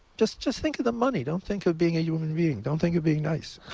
just just think of the money. don't think of being a human being. don't think of being nice.